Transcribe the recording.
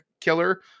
Killer